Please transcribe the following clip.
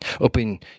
Open